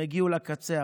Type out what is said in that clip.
הם הגיעו לקצה,